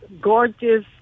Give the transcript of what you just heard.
gorgeous